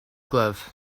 glove